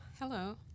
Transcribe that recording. Hello